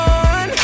on